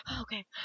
okay